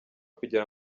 kugira